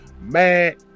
Mad